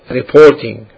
reporting